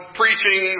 preaching